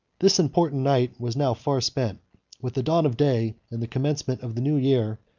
this important night was now far spent with the dawn of day, and the commencement of the new year,